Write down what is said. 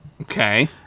Okay